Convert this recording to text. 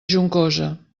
juncosa